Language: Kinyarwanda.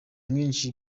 mwinshi